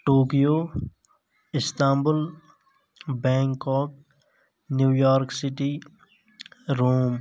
Tokyo Istanbul Bangkok New York City room